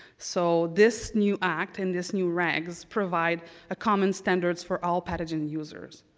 so this new act, and this new regs, provide a common standard for all pathogen users.